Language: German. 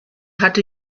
hatte